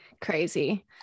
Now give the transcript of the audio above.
Crazy